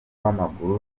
w’amaguru